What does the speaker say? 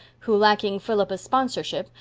who, lacking philippa's sponsorship,